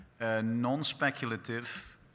non-speculative